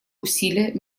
усилия